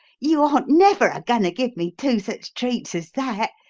you aren't never a-goin' to give me two sich treats as that?